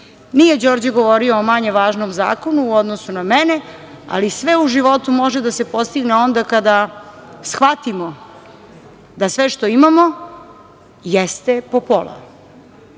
Nije Đorđe govorio o manje važnom zakonu u odnosu na mene, ali sve u životu može da se postigne onda kada shvatimo da sve što imamo jeste po pola.